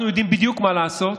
אנחנו יודעים בדיוק מה לעשות,